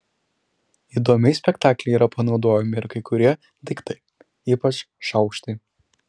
įdomiai spektaklyje yra panaudojami ir kai kurie daiktai ypač šaukštai